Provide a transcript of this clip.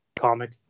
comic